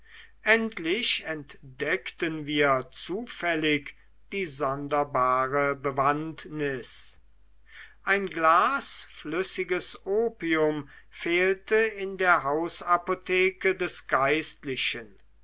endlich entdeckten wir zufällig die sonderbare bewandtnis ein glas flüssiges opium fehlte in der hausapotheke des geistlichen